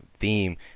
theme